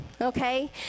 Okay